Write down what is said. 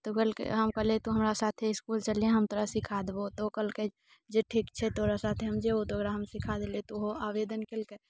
तऽ ओ कहलकै हम कहलियै हमरा साथे इस्कूल चलिहँ हम तोरा सीखा देबौ तऽ ओ कहलकै जे ठीक छै तोरा साथे हम जेबौ तऽ ओकरा हम सिखा देलियै तऽ ओहो आवेदन केलकै